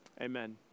Amen